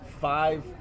five